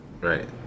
Right